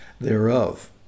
thereof